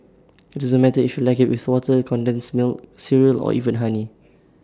IT doesn't matter if you like IT with water condensed milk cereal or even honey